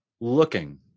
looking